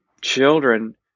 children